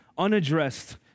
unaddressed